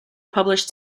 published